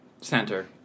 Center